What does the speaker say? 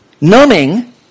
numbing